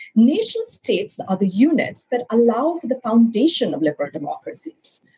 nation states are the units that allow for the foundation of liberal democracies.